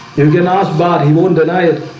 you can ask body won't deny it